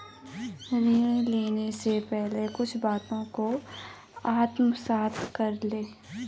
ऋण लेने से पहले कुछ बातों को आत्मसात कर लें